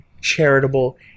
charitable